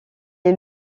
est